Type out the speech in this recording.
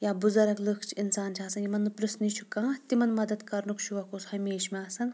یا بُزرٕگ لُکھ چھِ اِنسان چھِ آسان یِمَن نہٕ پِرٛژھنٕے چھُ کانٛہہ تِمَن مَدد کَرنُک شوق اوس ہمیشہِ مےٚ آسان